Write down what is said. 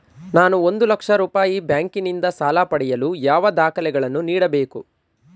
ನಾನು ಒಂದು ಲಕ್ಷ ರೂಪಾಯಿ ಬ್ಯಾಂಕಿನಿಂದ ಸಾಲ ಪಡೆಯಲು ಯಾವ ದಾಖಲೆಗಳನ್ನು ನೀಡಬೇಕು?